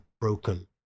broken